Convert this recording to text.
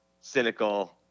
cynical